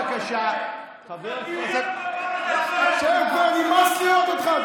אתה כזה קטן, חסר עמוד שדרה.